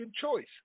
choice